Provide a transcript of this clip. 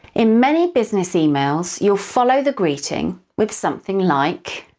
in many business emails, you'll follow the greeting with something like